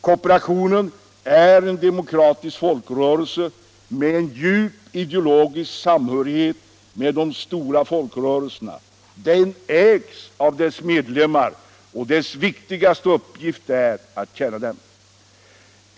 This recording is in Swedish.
Kooperationen är en demokratisk folkrörelse, med en djup ideologisk samhörighet med de stora folkröretserna. Den ägs av medlemmarna, och dess viktigaste uppgift är att tjäna dem.